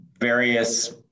various